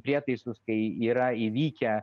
prietaisus kai yra įvykę